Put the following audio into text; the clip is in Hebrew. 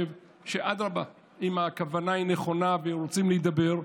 ואדרבה, אם הכוונה נכונה ורוצים להידבר,